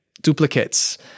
duplicates